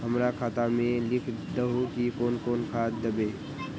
हमरा खाता में लिख दहु की कौन कौन खाद दबे?